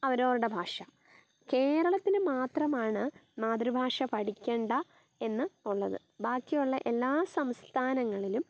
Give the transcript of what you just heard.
അവരവരുടെ ഭാഷ കേരളത്തിന് മാത്രമാണ് മാതൃഭാഷ പഠിക്കേണ്ട എന്ന് ഉള്ളത് ബാക്കിയുള്ള എല്ലാ സംസ്ഥാനങ്ങളിലും